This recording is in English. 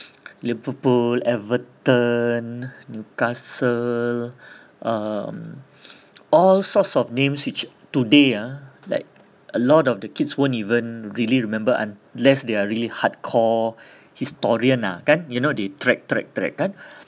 liverpool everton newcastle um all sorts of names which today are like a lot of the kids weren't even really remember unless they are really hardcore historian ah kan you know they track track kan